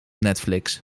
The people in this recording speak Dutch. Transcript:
netflix